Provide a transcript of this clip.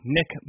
Nick